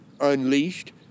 unleashed